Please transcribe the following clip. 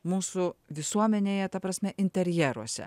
mūsų visuomenėje ta prasme interjeruose